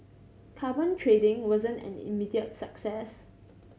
carbon trading wasn't an immediate success